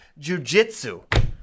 jujitsu